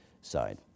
Side